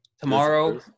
tomorrow